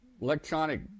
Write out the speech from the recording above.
electronic